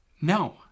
no